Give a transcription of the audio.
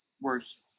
Worse